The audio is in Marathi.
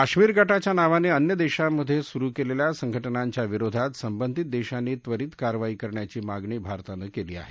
काश्मीर गटाच्या नावाने अन्य देशांमध्ये सुरु केलेल्या संघटनांच्या विरोधात संबंधित देशांनी त्वरित कारवाई करण्याची मागणी भारतानं केली आहे